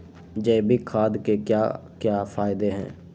जैविक खाद के क्या क्या फायदे हैं?